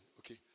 Okay